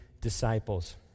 disciples